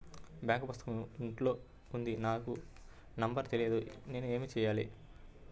Bank పుస్తకం ఇంట్లో ఉంది నాకు నంబర్ తెలియదు నేను ఏమి చెయ్యాలి?